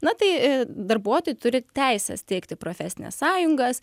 na tai darbuotojai turi teisę steigti profesines sąjungas